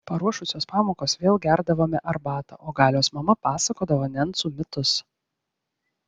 paruošusios pamokas vėl gerdavome arbatą o galios mama pasakodavo nencų mitus